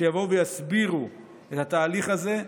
שיסבירו את התהליך הזה.